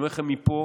אני אומר לכם מפה,